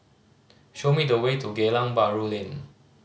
show me the way to Geylang Bahru Lane